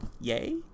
yay